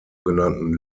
genannten